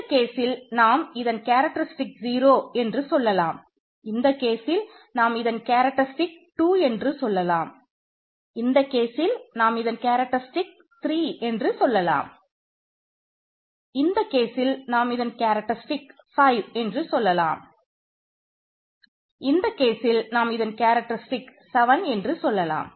இந்த கேசில் F2விற்கு மேலாக இருக்கும்